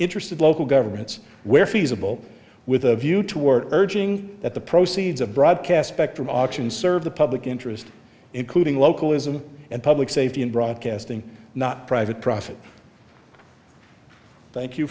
interested local governments where feasible with a view toward urging that the proceeds of broadcast spectrum auctions serve the public interest including localism and public safety and broadcasting not private profit thank you